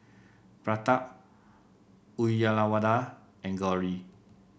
Pratap Uyyalawada and Gauri